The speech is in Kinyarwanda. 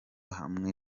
hamwe